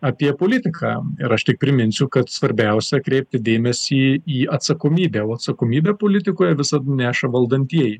apie politiką ir aš tik priminsiu kad svarbiausia kreipti dėmesį į atsakomybę o atsakomybę politikoje visad neša valdantieji